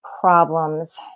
problems